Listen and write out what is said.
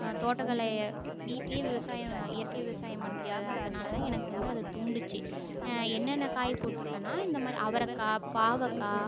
தோட்டக்கலையை வீட்டிலே விவசாயம் இயற்கை விவசாயம் பண்றது அதனால் தான் எனக்கு வந்து அதை தூண்டிச்சி என்னென்ன காய் போட்டிருக்கன்னா இந்த மாதிரி அவரைக்கா பாவைக்கா